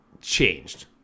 changed